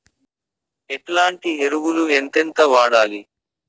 ఎట్లాంటి ఎరువులు ఎంతెంత వాడాలి?